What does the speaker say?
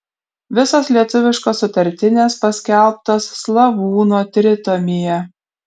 visos lietuviškos sutartinės paskelbtos slavūno tritomyje